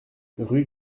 rue